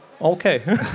Okay